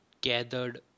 gathered